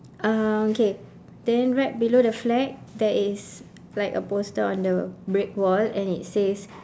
um okay then right below the flag there is like a poster on the brick wall and it says